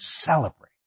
celebrate